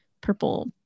purple